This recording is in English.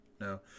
no